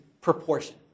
proportion